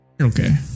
Okay